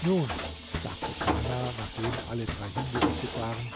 nun sagte kana nachdem alle drei hingerichtet waren